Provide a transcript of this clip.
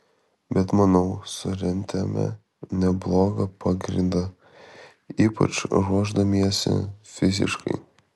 bet manau surentėme neblogą pagrindą ypač ruošdamiesi fiziškai